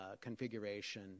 configuration